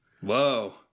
Whoa